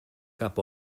cap